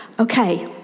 Okay